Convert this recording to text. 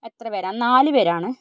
എത്ര പേരാ നാല് പേരാണ്